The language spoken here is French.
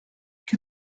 qu’a